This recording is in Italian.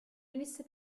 venisse